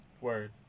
Word